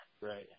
Right